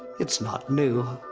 it's not new,